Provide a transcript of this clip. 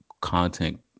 content